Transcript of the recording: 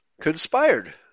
conspired